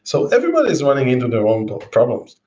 so everybody's running into their own but problems.